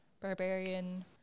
Barbarian